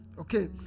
okay